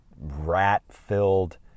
rat-filled